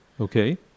Okay